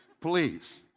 please